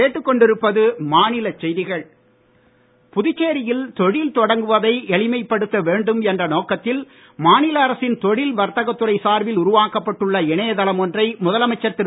நாராயணசாமி புதுச்சேரியில் தொழில் தொடங்குவதை எளிமைப்படுத்த வேண்டும் என்ற நோக்கத்தில் மாநில அரசின் தொழில் வர்த்தகத்துறை சார்பில் உருவாக்கப்பட்டுள்ள இணையதளம் ஒன்றை முதலமைச்சர் திரு